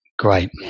Great